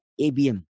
ABM